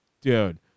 dude